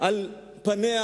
על פניהם